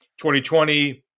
2020